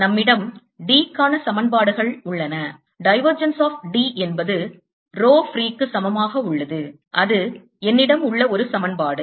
நம்மிடம் D க்கான சமன்பாடுகள் உள்ளன divergence of D என்பது ரோ ஃப்ரீ க்கு சமமாக உள்ளது அது என்னிடம் உள்ள ஒரு சமன்பாடு